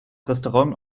restaurant